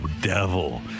devil